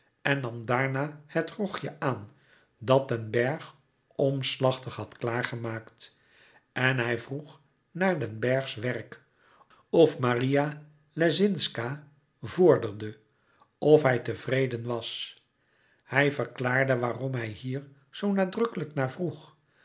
en nam daarna het grogje aan dat den bergh omslachtig had klaargemaakt en hij vroeg naar den berghs werk of maria lescinszca vorderde of hij tevreden was hij verklaarde waarom hij hier zoo nadrukkelijk naar vroeg